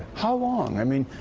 how long? i mean,